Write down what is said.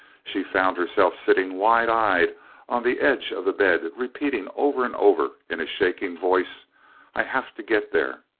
she found herself sitting wide-eyed on the edge of the bed repeating over and over in a shaking voice i have to get there!